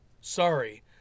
Sorry